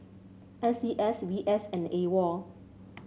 N C S V S and AWOL